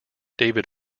david